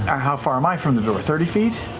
how far am i from the door, thirty feet?